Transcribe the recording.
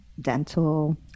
dental